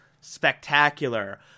spectacular